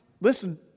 listen